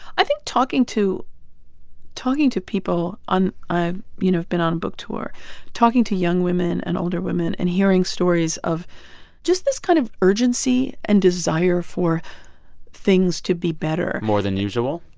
i think talking to talking to people on i've, you know, been on book tour talking to young women and older women and hearing stories of just this kind of urgency and desire for things to be better more than usual?